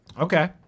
Okay